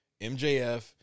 MJF